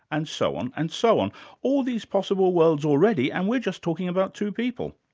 and so on, and so on all these possible worlds already and we're just talking about two people.